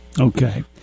Okay